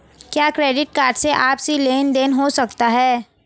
क्या credit card से आपसी लेनदेन हो सकता है?